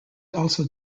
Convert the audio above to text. also